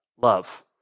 love